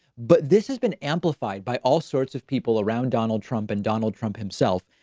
but this has been amplified by all sorts of people around donald trump and donald trump himself.